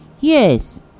yes